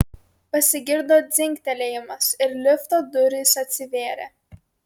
pasigirdo dzingtelėjimas ir lifto durys atsivėrė